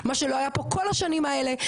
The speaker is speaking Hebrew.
מה שלא היה פה כל השנים האלה,